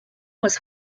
was